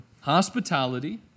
Hospitality